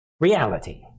reality